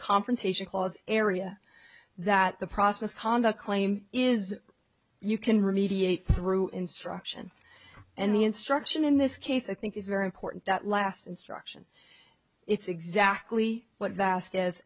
confrontation clause area that the process conduct claim is you can remedial through instruction and the instruction in this case i think is very important that last instruction it's exactly what vas